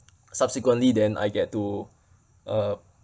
subsequently then I get to uh